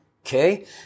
okay